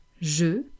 Je